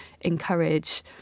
encourage